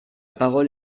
parole